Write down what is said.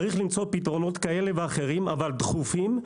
צריך למצוא פתרונות כאלה ואחרים אבל דחופים,